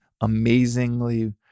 Amazingly